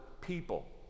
people